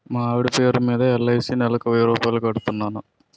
మా ఆవిడ పేరు మీద ఎల్.ఐ.సి నెలకు వెయ్యి రూపాయలు కడుతున్నాను